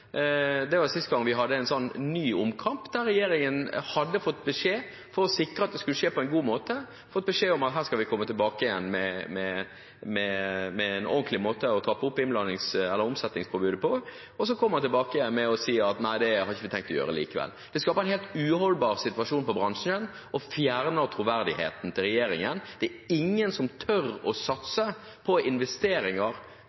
vi hadde en ny omkamp etter at regjeringen hadde fått beskjed – for å sikre at det skulle skje på en god måte – om at de skulle komme tilbake igjen med en ordentlig måte å trappe opp omsetningspåbudet på. Og så kommer de tilbake og sier: Nei, det har vi ikke tenkt å gjøre likevel. Det skaper en helt uholdbar situasjon for bransjen og fjerner troverdigheten til regjeringen. Det er ingen som tør å